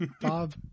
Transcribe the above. Bob